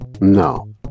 No